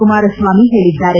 ಕುಮಾರಸ್ವಾಮಿ ಹೇಳಿದ್ದಾರೆ